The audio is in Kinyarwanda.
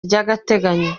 ry’agateganyo